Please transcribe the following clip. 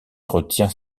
retient